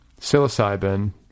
psilocybin